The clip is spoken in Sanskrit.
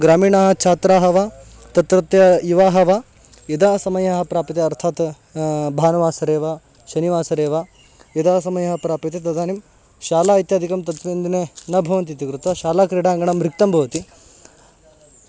ग्रामीणाः छात्राः वा तत्रत्ययुवाः वा यदा समयः प्राप्यते अर्थात् भानुवासरे वा शनिवासरे वा यदा समयः प्राप्यते तदानीं शाला इत्यादिकं तस्मिन् दिने न भवन्ति इति कृत्वा शालाक्रीडाङ्गणं रिक्तं भवति